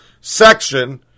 section